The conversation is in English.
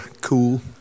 cool